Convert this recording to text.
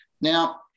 Now